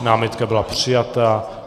Námitka byla přijata.